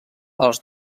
els